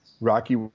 Rocky